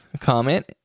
comment